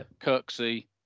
Kirksey